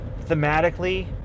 thematically